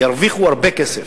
ירוויחו הרבה כסף,